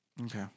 Okay